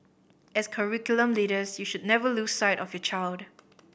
as curriculum leaders you should never lose sight of the child